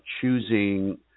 choosing